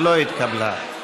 לא התקבלה.